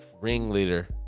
ringleader